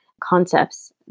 concepts